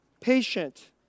patient